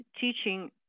teaching